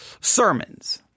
sermons